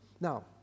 now